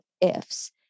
ifs